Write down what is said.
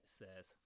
says